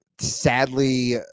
sadly